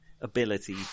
ability